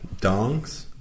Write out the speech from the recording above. Dongs